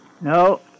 No